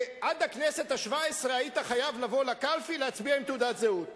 אבל עד הכנסת השבע-עשרה היית חייב לבוא לקלפי עם תעודת זהות